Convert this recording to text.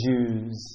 Jews